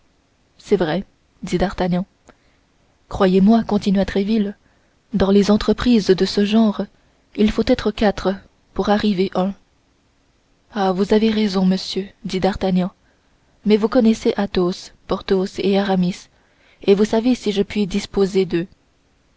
c'est vrai dit d'artagnan croyez-moi continua tréville dans les entreprises de ce genre il faut être quatre pour arriver un ah vous avez raison monsieur dit d'artagnan mais vous connaissez athos porthos et aramis et vous savez si je puis disposer d'eux